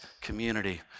community